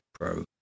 pro